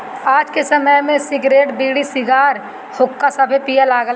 आज के समय में सिगरेट, बीड़ी, सिगार, हुक्का सभे पिए लागल बा